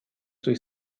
durch